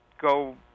go